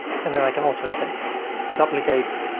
and then i can also say duplicate.